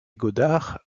godard